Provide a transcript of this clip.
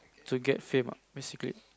to get fame ah basically